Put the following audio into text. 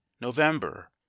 november